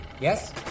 Yes